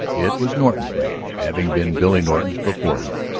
it was norton's ranch, having been billy norton's before him,